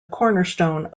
cornerstone